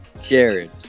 Jared